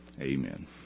Amen